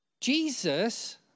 Jesus